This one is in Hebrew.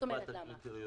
מה זאת אומרת למה?